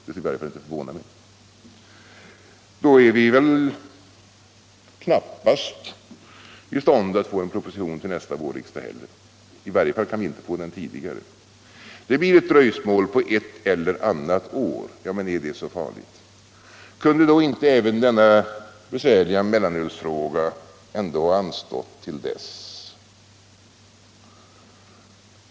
Då blir det inte heller någon proposition till nästa vårriksdag, i varje fall inte tidigare. Men är ett dröjsmål på ett eller annat år så farligt? Kunde då inte den besvärliga mellanölsfrågan ha fått anstå till dess?